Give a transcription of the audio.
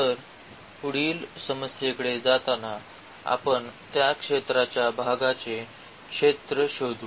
तर पुढील समस्येकडे जाताना आपण त्या क्षेत्राच्या भागाचे क्षेत्र शोधू